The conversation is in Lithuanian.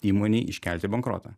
įmonei iškelti bankrotą